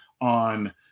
on